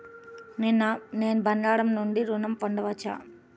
నేను బంగారం నుండి ఋణం పొందవచ్చా?